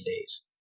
days